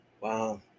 Wow